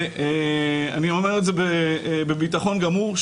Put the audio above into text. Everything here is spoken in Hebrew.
אני אומר את זה בביטחון גמור,